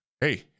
hey